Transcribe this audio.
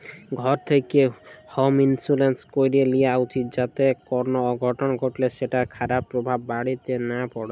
ঘর থ্যাকলে home insurance ক্যরে লিয়া উচিত যাতে কল অঘটল ঘটলে সেটর খারাপ পরভাব বাড়িতে লা প্যড়ে